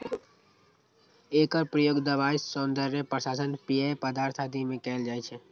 एकर प्रयोग दवाइ, सौंदर्य प्रसाधन, पेय पदार्थ आदि मे कैल जाइ छै